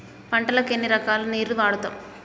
పంటలకు ఎన్ని రకాల నీరు వాడుతం?